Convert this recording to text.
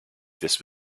this